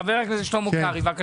חבר הכנסת שלמה קרעי, בבקשה.